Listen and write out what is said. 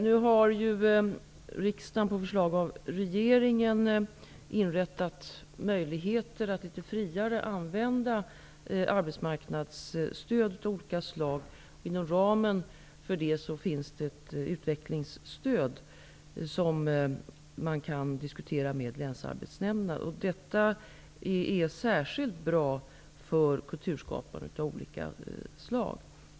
Nu har ju riksdagen, på förslag av regeringen, inrättat möjligheter till ett friare användande av arbetsmarknadsstöd av olika slag. Inom ramen för detta finns ett utvecklingsstöd, som man kan diskutera med länsarbetsnämnderna. Detta stöd är särskilt bra för kulturskapare av olika slag.